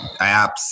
apps